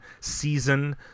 season